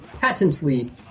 patently